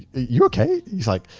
you okay? he's like,